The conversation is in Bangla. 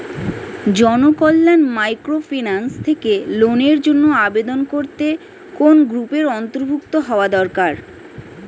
জনকল্যাণ মাইক্রোফিন্যান্স থেকে লোনের জন্য আবেদন করতে কোন গ্রুপের অন্তর্ভুক্ত হওয়া দরকার?